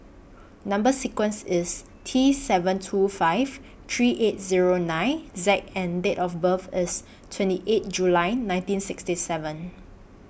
Number sequence IS T seven two five three eight Zero nine Z and Date of birth IS twenty eight July nineteen sixty seven